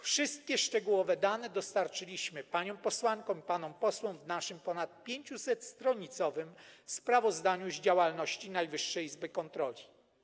Wszystkie szczegółowe dane dostarczyliśmy paniom posłankom i panom posłom w naszym ponad 500-stronicowym sprawozdaniu z działalności Najwyższej Izby Kontroli.